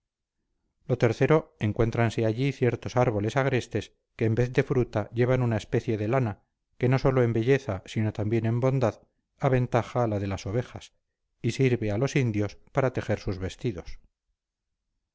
lo tercero encuéntranse allí ciertos árboles agrestes que en vez de fruta llevan una especie de lana que no sólo en belleza sino también en bondad aventaja a la de las ovejas y sirve a los indios para tejer sus vestidos